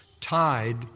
tied